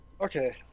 okay